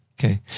Okay